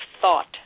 thought